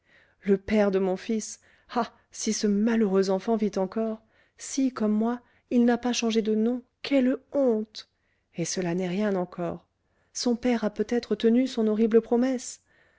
le père de mon fils ah si ce malheureux enfant vit encore si comme moi il n'a pas changé de nom quelle honte et cela n'est rien encore son père a peut-être tenu son horrible promesse